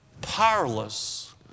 powerless